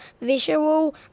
visual